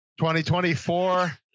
2024